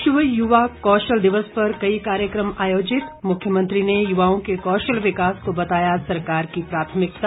विश्व युवा कौशल दिवस पर कई कार्यक्रम आयोजित मुख्यमंत्री ने युवाओं के कौशल विकास को बताया सरकार की प्राथमिकता